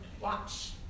watch